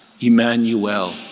Emmanuel